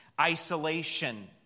isolation